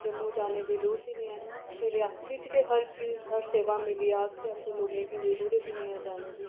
जम्मू जाने दी जरूरत गै नीं ऐ ते रियासी च गै हर चीज हर सेवा मिली जाग ते असें लोगें गी जरूरत गै नेईं ऐ जाने दी